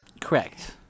correct